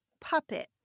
puppet